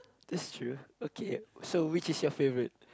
that's true okay so which is your favorite